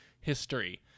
history